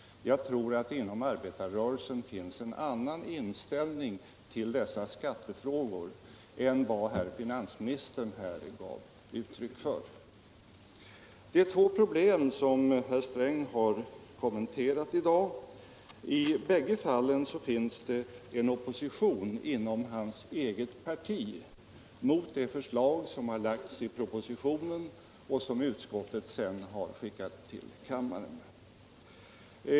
Jag tror att det inom arbetarrörelsen finns en annan inställning till dessa skattefrågor än den herr finansministern här gav uttryck för. Det är två problem herr Sträng har kommenterat i dag. I bägge fallen finns det en opposition inom hans eget parti mot det förslag som framlagts i propositionen och som utskottet sedan skickat till kammaren.